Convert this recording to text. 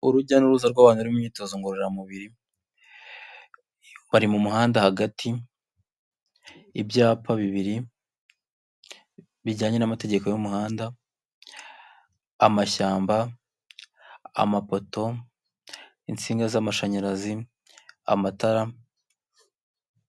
Urujya n'uruza rw'abantu bari mu myitozo ngororamubiri bari mu muhanda hagati, ibyapa bibiri bijyanye n'amategeko y'umuhanda, amashyamba, amapoto, insinga z'amashanyarazi, amatara.